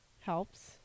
helps